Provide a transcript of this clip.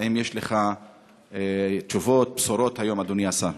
האם יש לך תשובות, בשׂורות, היום, אדוני השר?